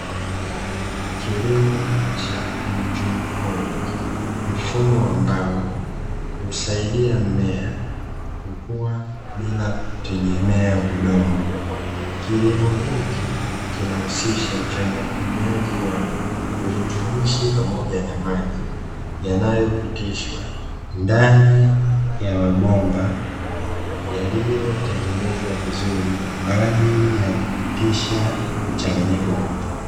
Kilimo cha haidroponi, mfumo ambao husaidia mimea kukua bila kutegemea udongo. Kilimo hiki kinahusisha uchanganyaji wa virutubishi pamoja na maji yanayopitishwa ndani ya mabomba yaliyotengenezwa vizuri kwa ajili ya kupitisha mchanganyiko huo.